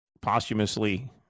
posthumously